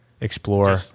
Explore